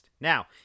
Now